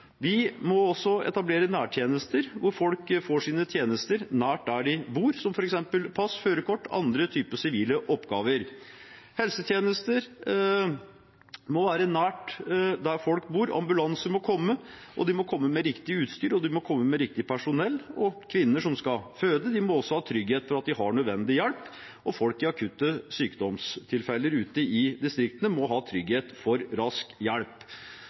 Vi må også etablere nærtjenester der folk får sine tjenester nær der de bor, som f.eks. pass, førerkort og andre sivile oppgaver. Helsetjenestene må være nær der folk bor. Ambulansen må komme, og den må komme med riktig utstyr og riktig personell. Kvinner som skal føde, må ha trygghet for at de har nødvendig hjelp, og folk i akutte sykdomstilfeller ute i distriktene må ha trygghet for rask hjelp.